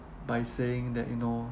by saying that you know